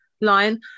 line